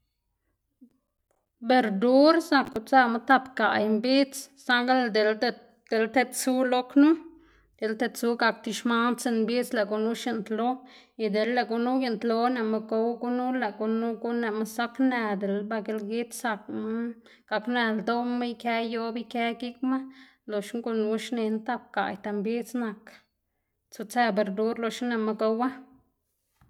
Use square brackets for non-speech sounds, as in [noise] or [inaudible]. [noise] berdur zak kutsëwma tap gaꞌy mbidz saꞌngl dela [unintelligible] tedsu lo knu, dela tedsu gak ti xman, tsiꞌn mbidz lëꞌ gunu xintlo y dela lëꞌ gunu uyintlo nëꞌma gow gunu lëꞌ gunu guꞌnn nëꞌma zak në dela ba gilgidz zakma, gak në ldoꞌma, ikë yoꞌb ikë gikma loxna gunu xnená tap gaꞌyta mbidz nak tsutsëw berdur loxna nëꞌma gowa. [noise]